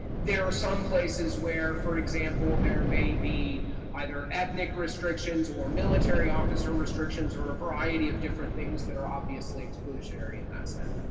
there are some places where, for example, there may be either ethnic restrictions or military officer restrictions or a variety of different things that are obviously exclusionary in that setting.